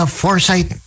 foresight